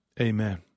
Amen